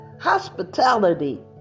hospitality